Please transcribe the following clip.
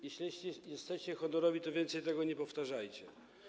Jeśli jesteście honorowi, to więcej tego nie powtarzajcie.